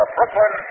Brooklyn